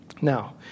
Now